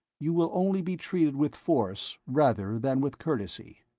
you will only be treated with force rather than with courtesy.